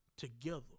together